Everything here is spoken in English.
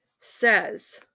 says